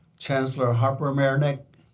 chancellor harper-marinick,